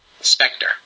Spectre